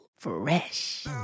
Fresh